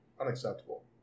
Unacceptable